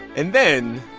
and then.